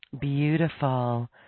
beautiful